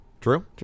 True